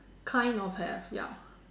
kind of have ya